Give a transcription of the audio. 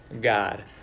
God